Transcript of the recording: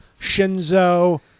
Shinzo